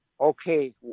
okay